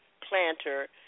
planter